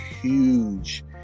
huge